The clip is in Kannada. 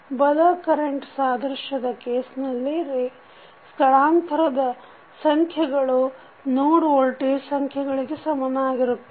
ಬಲ ಕರೆಂಟ್ ಸಾದೃಶ್ಯದ ಕೇಸ್ನಲ್ಲಿ ಸ್ಥಳಾಂತರದ ಸಂಖ್ಯೆಗಳು ನೋಡ್ ವೋಲ್ಟೇಜ್ ಸಂಖ್ಯೆಗಳಿಗೆ ಸಮನಾಗಿರುತ್ತದೆ